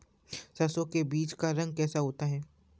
सरसों के बीज का रंग कैसा होता है?